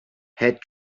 had